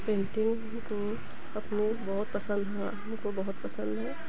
painting तो मैं अपने बहुत पसंद है हमको बहुत पसंद है